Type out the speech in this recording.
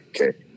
okay